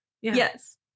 Yes